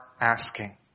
asking